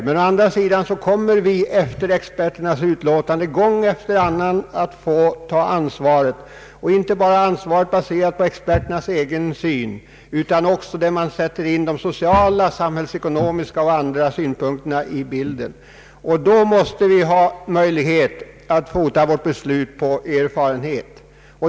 Men å andra sidan kommer vi att efter experternas utlåtande gång efter annan få ta ansvaret och inte bara ansvaret baserat på experternas syn utan också baserat på sociala och samhällsekonomiska synpunkter. Då måste vi ha möjlighet att grunda vårt beslut på egen erfarenhet.